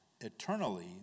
eternally